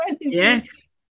yes